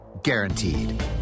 Guaranteed